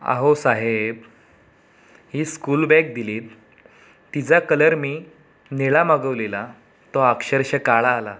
अहो साहेब ही स्कूल बॅग दिलीत तिचा कलर मी निळा मागवलेला तो अक्षरश काळा आला